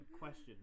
question